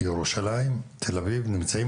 נציגי ירושלים ותל אביב נמצאים